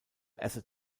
asset